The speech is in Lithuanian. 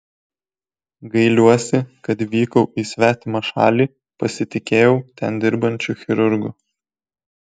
gailiuosi kad vykau į svetimą šalį pasitikėjau ten dirbančiu chirurgu